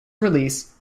release